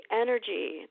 energy